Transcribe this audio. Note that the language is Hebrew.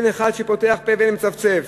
אין אחד שפותח פה, ואין מצפצף,